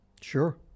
Sure